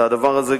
את הדבר הזה,